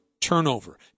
Turnover